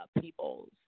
people's